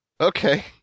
Okay